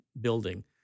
building